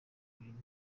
bintu